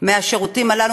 מהשירותים הללו,